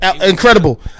incredible